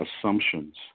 assumptions